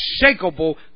unshakable